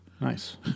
Nice